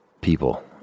people